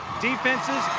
defenses,